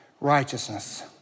righteousness